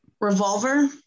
Revolver